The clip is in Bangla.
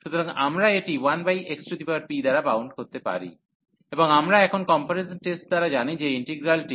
সুতরাং আমরা এটি 1xp দ্বারা বাউন্ড করতে পারি এবং আমরা এখন কম্পারিজন টেস্ট দ্বারা জানি যে ইন্টিগ্রালটি 11xpdx